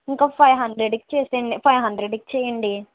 ఇంకో ఫైవ్ హండ్రెడ్కి చేసెయ్యండి ఫైవ్ హండ్రెడ్కి చెయ్యండి